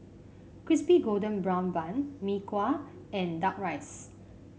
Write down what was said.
Crispy Golden Brown Bun Mee Kuah and duck rice